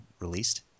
released